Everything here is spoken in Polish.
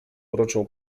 uroczą